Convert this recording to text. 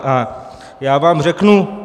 A já vám řeknu...